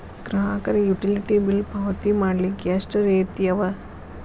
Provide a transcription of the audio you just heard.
ಗ್ರಾಹಕರಿಗೆ utility bill ಪಾವತಿ ಮಾಡ್ಲಿಕ್ಕೆ ಎಷ್ಟ ರೇತಿ ಅವ?